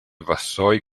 vassoi